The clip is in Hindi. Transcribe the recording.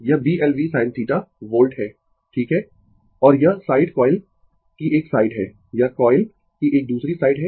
यह Bl v sin θ वोल्ट है ठीक है और यह साइड कॉइल की एक साइड है यह कॉइल की एक दूसरी साइड है